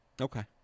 Okay